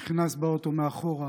נכנס בה אוטו מאחור,